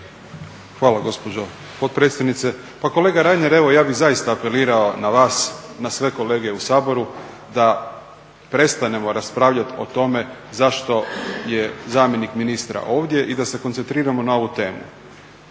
Hvala gospođo potpredsjednice. Pa kolega Reiner ja bih zaista apelirao na vas, na sve kolege u Saboru da prestanemo raspravljati o tome zašto je zamjenik ministra ovdje i da se koncentriramo na ovu temu.